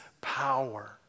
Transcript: power